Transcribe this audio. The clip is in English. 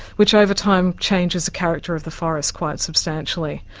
which over time changes the character of the forest quite substantially.